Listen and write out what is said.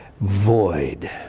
void